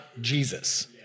Jesus